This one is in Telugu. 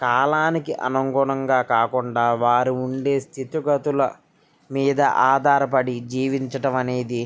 కాలానికి అనుగుణంగా కాకుండా వారు ఉండే స్థితిగతుల మీద ఆధారపడి జీవించడం అనేది